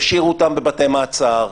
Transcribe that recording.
ישאירו אותם בבתי מעצר,